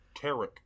Tarek